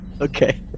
Okay